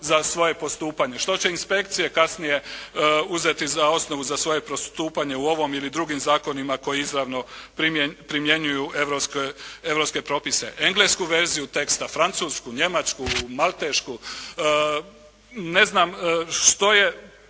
za svoje postupanje? Što će inspekcije kasnije uzeti za osnovu za svoje postupanje u ovom ili drugim zakonima koji izravno primjenjuju europske propise? Englesku verziju teksta, francusku, njemačku, maltešku. Ne znam što je